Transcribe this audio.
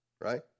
right